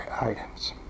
items